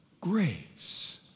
grace